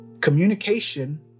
communication